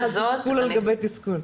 שם זה תסכול על גבי תסכול.